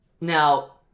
Now